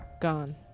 Gone